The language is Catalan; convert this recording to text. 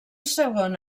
segon